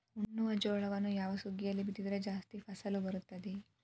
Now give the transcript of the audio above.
ಉಣ್ಣುವ ಜೋಳವನ್ನು ಯಾವ ಸುಗ್ಗಿಯಲ್ಲಿ ಬಿತ್ತಿದರೆ ಜಾಸ್ತಿ ಫಸಲು ಬರುತ್ತದೆ?